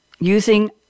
using